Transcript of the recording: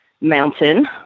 Mountain